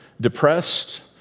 depressed